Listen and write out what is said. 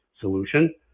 solution